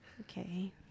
Okay